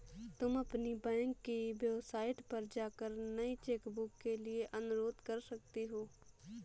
तुम अपनी बैंक की वेबसाइट पर जाकर नई चेकबुक के लिए अनुरोध कर सकती हो